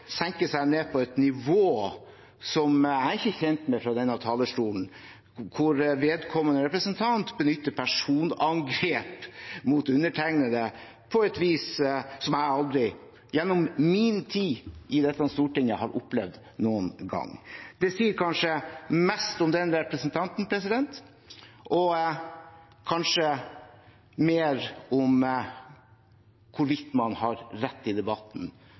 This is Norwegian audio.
senker seg ned på et nivå som jeg ikke er kjent med fra denne talerstolen. Vedkommende representant benytter personangrep på undertegnede på et vis som jeg aldri gjennom min tid i Stortinget har opplevd noen gang. Det sier kanskje mest om den representanten og kanskje mer om hvorvidt man har rett i debatten.